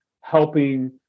helping